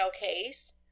case